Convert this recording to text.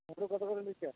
আলু কত করে নিচ্ছেন